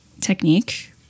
technique